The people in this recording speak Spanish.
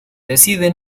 decide